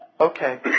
Okay